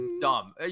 dumb